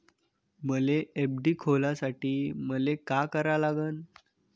मले एफ.डी खोलासाठी मले का करा लागन?